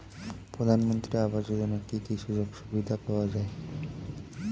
প্রধানমন্ত্রী আবাস যোজনা কি কি সুযোগ সুবিধা পাওয়া যাবে?